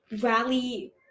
rally